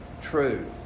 true